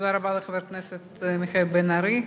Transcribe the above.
תודה רבה לחבר הכנסת מיכאל בן-ארי.